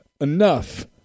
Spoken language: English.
Enough